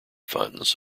funds